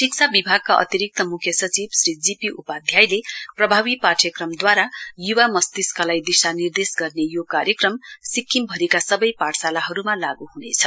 शिक्षा विभागका अतिरिक्त मुख्य सचिव श्री जी पी उपाद्याले प्रभावी पाठ्य क्रमद्वारा युवा मस्तिष्कलाई दिशानिर्देश गर्ने यो कार्यक्रम सिक्किमभरिका सबै पाठशालाहरुमा लागू हुनेछ